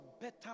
better